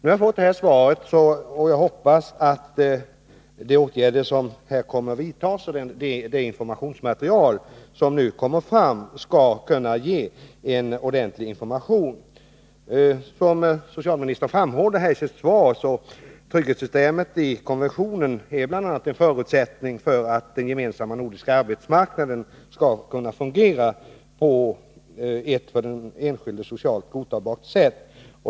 Jag har nu fått detta svar, och jag hoppas att de åtgärder som kommer att vidtas och det informationsmaterial som har tagits fram skall kunna ge ordentlig information. Som socialministern framhåller i sitt svar är trygghetssystemet i konventionen en förutsättning för att den gemensamma nordiska arbetsmarknaden skall kunna fungera på ett för den enskilde socialt godtagbart sätt.